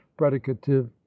predicative